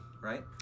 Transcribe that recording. Right